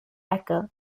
ecke